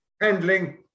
handling